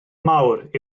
mawr